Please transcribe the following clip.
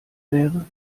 wäre